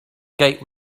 gate